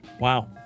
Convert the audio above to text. Wow